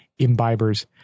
imbibers